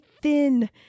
thin